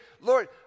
Lord